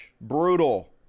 Brutal